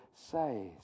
says